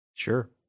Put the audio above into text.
Sure